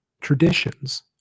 traditions